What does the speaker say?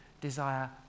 desire